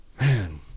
Man